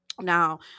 Now